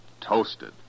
toasted